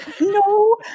No